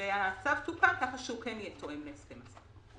והצו תוקן כך שהוא כן יהיה תואם להסכם הסחר.